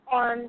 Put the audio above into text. on